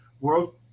world